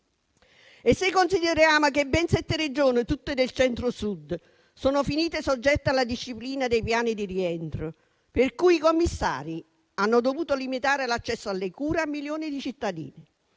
Consideriamo altresì che ben sette Regioni, tutte del Centro-Sud, sono finite soggette alla disciplina dei piani di rientro, per cui i commissari hanno dovuto limitare l'accesso alle cure a milioni di cittadini,